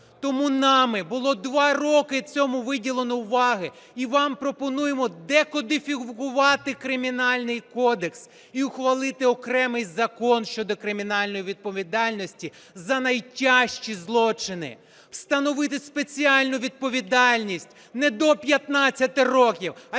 Тому нами було два роки цьому виділено уваги і вам пропонуємо декодифікувати Кримінальний кодекс і ухвалити окремий Закон щодо кримінальної відповідальності за найтяжчі злочини, встановити спеціальну відповідальність не до 15 років,